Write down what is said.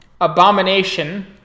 Abomination